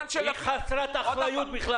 היא חסרת אחריות.